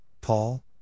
Paul